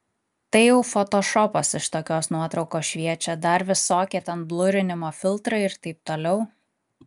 tai jau fotošopas iš tokios nuotraukos šviečia dar visokie ten blurinimo filtrai ir taip toliau